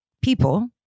People